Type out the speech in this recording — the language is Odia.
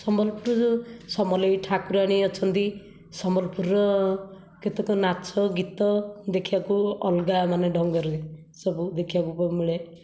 ସମ୍ବଲପୁର ସମଲେଇ ଠାକୁରାଣୀ ଅଛନ୍ତି ସମ୍ବଲପୁରର କେତେକ ନାଚ ଗୀତ ଦେଖିବାକୁ ଅଲଗା ମାନେ ଢଙ୍ଗରେ ସବୁ ଦେଖିବାକୁ ମିଳେ